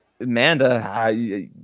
Amanda